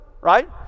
right